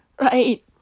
right